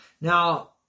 Now